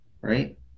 right